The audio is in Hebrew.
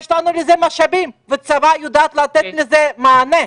יש לנו לזה משאבים, והצבא יודע לתת לזה מענה.